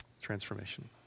transformation